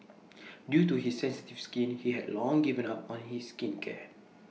due to his sensitive skin he had long given up on his skincare